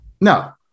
No